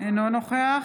אינו נוכח